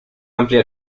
amplia